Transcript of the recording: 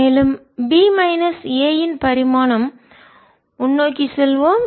மேலும் b minus a இன் பரிமாணம் முன்னோக்கி செல்வோம்